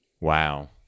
Wow